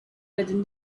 within